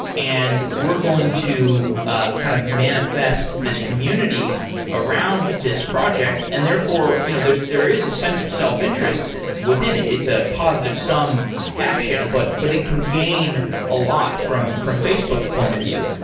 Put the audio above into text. and we're going to ah kind of manifest this community around this project, and therefore you know there is a sense of self-interest within it. it's a positive-sum action, but but it can gain a lot from from facebook's point of view.